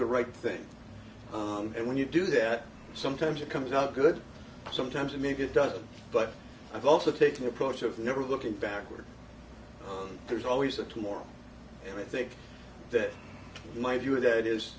the right thing and when you do that sometimes it comes out good sometimes you make it does but i've also take the approach of never looking backward there's always a tomorrow and i think that my view of that is